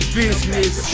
business